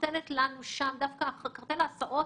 דווקא בקרטל ההסעות